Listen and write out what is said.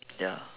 ya